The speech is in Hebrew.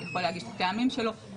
יכול להגיש את הטעמים שלו,